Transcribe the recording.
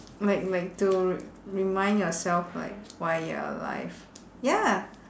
like like to re~ remind yourself like why you're alive ya